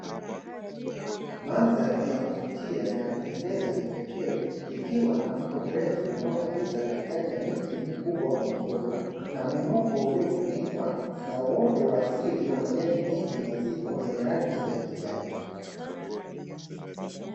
Mandhari ya kuvutia na ya kupendeza ya kipekee, ikiwa na mto mrefu unaokatiza katikati ya miti mikubwa kwa midogo, na mwinuko uliofunikwa na uoto wa asili wa majani mengi mazito yenye rangi ya kijani.